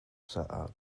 caah